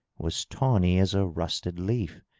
was tawny as a rusted leaf.